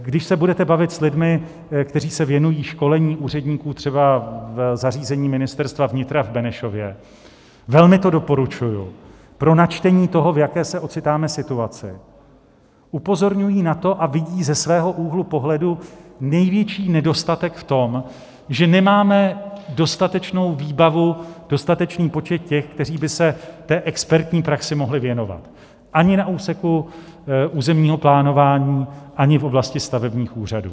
Když se budete bavit s lidmi, kteří se věnují školení úředníků třeba v zařízení Ministerstva vnitra v Benešově velmi to doporučuji pro načtení toho, v jaké se ocitáme situaci upozorňují na to a vidí ze svého úhlu pohledu největší nedostatek v tom, že nemáme dostatečnou výbavu, dostatečný počet těch, kteří by se té expertní praxi mohli věnovat ani na úseku územního plánování, ani v oblasti stavebních úřadů.